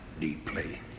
deeply